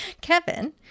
kevin